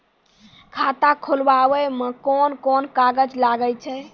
खाता खोलावै मे कोन कोन कागज लागै छै?